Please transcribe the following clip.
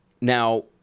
Now